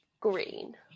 Green